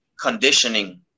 conditioning